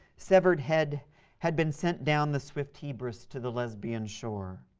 severed head had been sent down the swift hebrus to the lesbian shore.